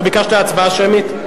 ביקשת הצבעה שמית?